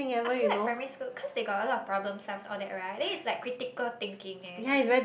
I feel like primary school cause they got a lot of problem sums all that right then it's like critical thinking eh it's